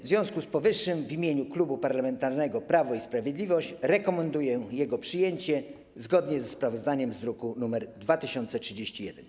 W związku z powyższym w imieniu Klubu Parlamentarnego Prawo i Sprawiedliwość rekomenduję przyjęcie projektu, zgodnie ze sprawozdaniem z druku nr 2031.